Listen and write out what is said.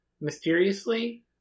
mysteriously